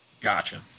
Gotcha